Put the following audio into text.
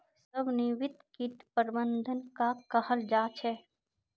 समन्वित किट प्रबंधन कहाक कहाल जाहा झे?